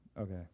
Okay